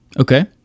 okay